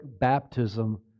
baptism